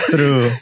True